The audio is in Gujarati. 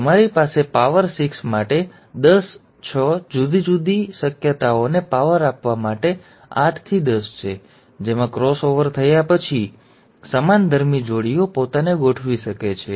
તમારી પાસે પાવર સિક્સ માટે દસ છ જુદી જુદી શક્યતાઓને પાવર આપવા માટે આઠથી દસ છે જેમાં ક્રોસ ઓવર થયા પછી સમાનધર્મી જોડીઓ પોતાને ગોઠવી શકે છે